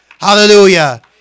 Hallelujah